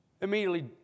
immediately